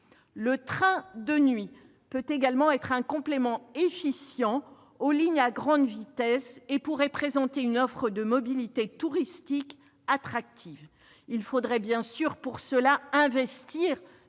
Le train de nuit peut également être un complément efficient aux lignes à grande vitesse et pourrait présenter une offre de mobilité touristique attractive. Pour cela, il faudrait bien sûr investir